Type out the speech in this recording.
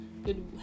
Good